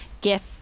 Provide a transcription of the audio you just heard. gift